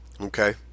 Okay